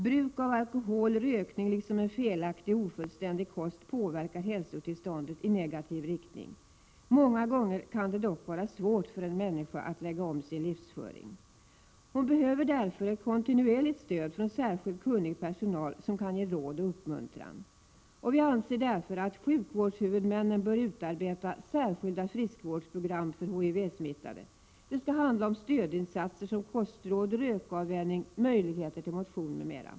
Bruk av alkohol, rökning liksom en felaktig och ofullständig kost påverkar hälsotillståndet i negativ riktning. Många gånger kan det dock vara svårt för en människa att lägga om sin livsföring. Hon behöver därför ett kontinuerligt stöd från särskilt kunnig personal, som kan ge råd och uppmuntran. Vi anser att sjukvårdshuvudmännen bör utarbeta särskilda friskvårdsprogram för HIV-smittade. Det skall handla om stödinsatser som kostråd, rökavvänjning, möjligheter till motion m.m.